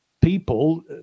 people